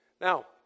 Now